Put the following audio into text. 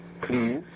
Please